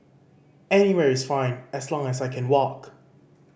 anywhere is fine as long as I can walk